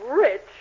rich